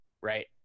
Right